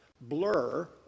blur